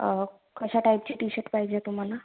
कशा टाइपचे टीशर्ट पाहिजे तुम्हाला